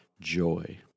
joy